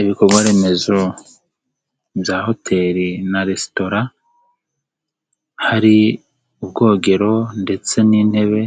Ibikorwa remezo bya hoteli na resitora hari ubwogero, ndetse n'intebe